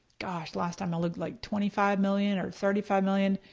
gosh, last time i looked like twenty five million or thirty five million.